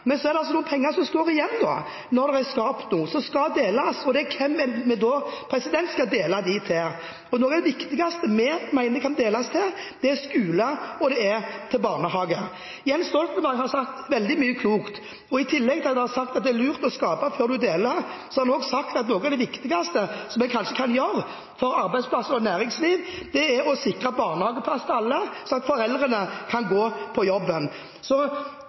Men så er det altså noen penger som står igjen når det er skapt noe, og som skal deles. Hvem er det vi skal dele dem ut til? Noe av det viktigste vi mener de kan deles ut til, er skole og barnehage. Jens Stoltenberg har sagt veldig mye klokt. I tillegg til at han har sagt at det er lurt å skape før en deler, har han også sagt at kanskje noe av det viktigste vi kan gjøre for arbeidsplasser og næringsliv, er å sikre barnehageplasser til alle, slik at foreldrene kan gå på jobb. Så